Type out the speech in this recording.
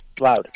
Loud